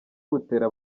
butera